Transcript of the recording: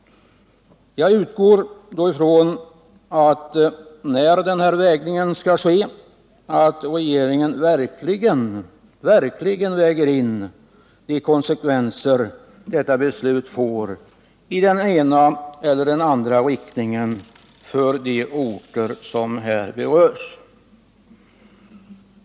När avvägningen sker utgår jag ifrån att regeringen verkligen väger in de konsekvenser detta beslut får på det ena eller andra sättet för de orter som här berörs.